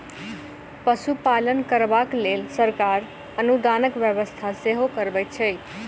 पशुपालन करबाक लेल सरकार अनुदानक व्यवस्था सेहो करबैत छै